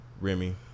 Remy